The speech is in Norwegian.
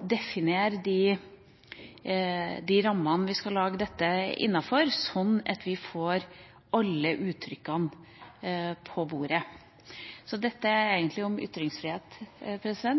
definere de rammene vi skal lage dette innenfor, slik at vi får alle uttrykkene på bordet. Så dette handler egentlig om ytringsfrihet,